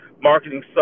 marketing